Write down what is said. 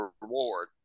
reward